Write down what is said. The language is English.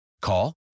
Call